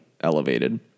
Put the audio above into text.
elevated